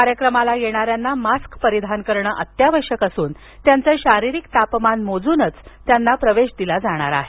कार्यक्रमाला येणाऱ्यांना मास्क परिधान करणं अत्यावश्यक असून त्यांचं शारीरिक तापमान मोजूनच त्यांना प्रवेश दिला जाणार आहे